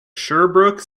sherbrooke